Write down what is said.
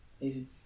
easy